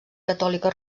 catòlica